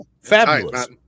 fabulous